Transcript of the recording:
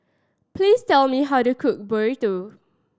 please tell me how to cook Burrito